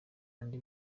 andi